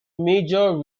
major